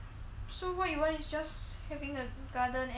so what you want is just having a garden and